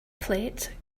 plate